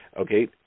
Okay